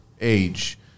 age